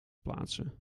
plaatsen